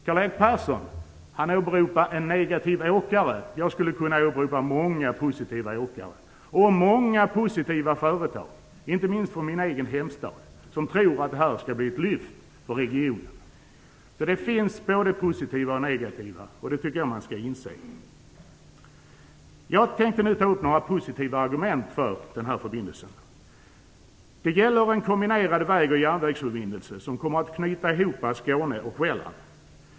Karl-Erik Persson åberopar en negativ åkare. Jag skulle kunna åberopa många positiva åkare och många positiva företag, inte minst i min egen hemstad, som tror att det här skall bli ett lyft för regionen. Det finns således både positiva och negativa effekter, och det tycker jag att man skall inse. Jag avser nu att ta upp några positiva argument för förbindelsen. Det gäller en kombinerad väg och järnvägsförbindelse som kommer att knyta ihop Skåne och Själland.